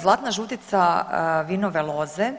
Zlatna žutica vinove loze